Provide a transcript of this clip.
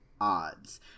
odds